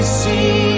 see